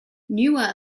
newer